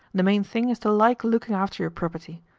the main thing is to like looking after your property.